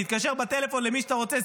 תתקשר בטלפון למי שאתה רוצה,